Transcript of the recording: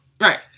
Right